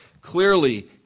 Clearly